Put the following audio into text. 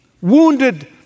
wounded